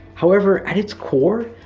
however, at its core,